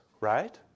right